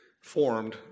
formed